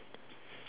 why eh